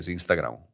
Instagram